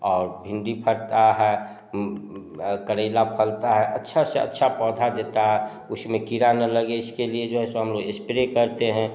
और भिंडी फटता है करेला फलता है अच्छा से अच्छा पौधा देता है उसमें कीड़ा ना लगे इसके लिए जो है सो हम लो स्प्रे करते हैं